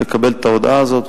לקבל את ההודעה הזאת,